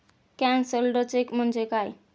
Cancelled cheque म्हणजे काय?